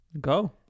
go